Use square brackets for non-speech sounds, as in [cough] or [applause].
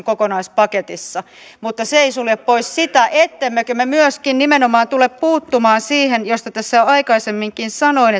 [unintelligible] kokonaispaketissa mutta se ei sulje pois sitä ettemmekö me myöskin nimenomaan tule puuttumaan siihen josta tässä jo aikaisemminkin sanoin [unintelligible]